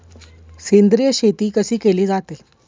सेंद्रिय शेती कशी केली जाते?